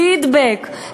פידבק,